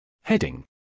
Heading